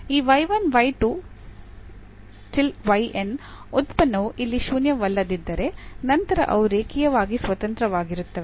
ಈ ಉತ್ಪನ್ನವು ಇಲ್ಲಿ ಶೂನ್ಯವಲ್ಲದಿದ್ದರೆ ನಂತರ ಅವು ರೇಖೀಯವಾಗಿ ಸ್ವತಂತ್ರವಾಗಿರುತ್ತವೆ